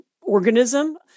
organism